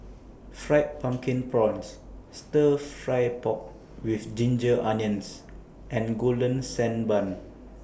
Fried Pumpkin Prawns Stir Fry Pork with Ginger Onions and Golden Sand Bun